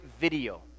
video